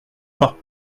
pas